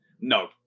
no